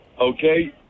okay